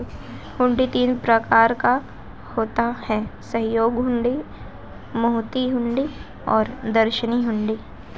हुंडी तीन प्रकार का होता है सहयोग हुंडी, मुद्दती हुंडी और दर्शनी हुंडी